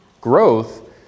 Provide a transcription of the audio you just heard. growth